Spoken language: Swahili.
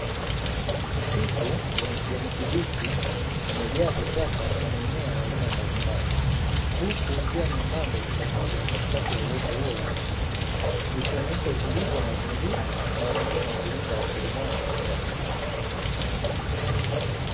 Msitu wenye kijani kibichi umejaa vichaka na mimea ya aina mbalimbali huku, njia nyembamba ikatiza katikati ya uoto huo wa asili ikionyesha utulivu wa mazingira na umuhimu wa kulinda rasilimali za msitu.